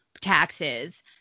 taxes